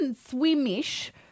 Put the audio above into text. swim-ish